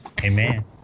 Amen